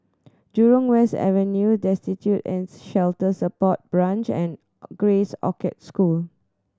Jurong West Avenue Destitute and Shelter Support Branch and Grace Orchard School